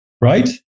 right